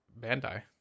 Bandai